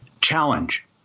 challenge